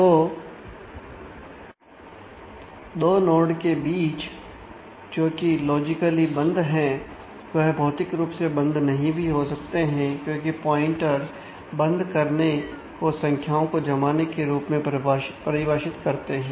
तो दो नोड के बीच जो कि लॉजिकली बंद है वह भौतिक रूप से बंद नहीं भी हो सकते हैं क्योंकि प्वाइंटर बंद करने को संख्याओं को जमाने के रूप में परिभाषित करते हैं